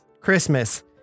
Christmas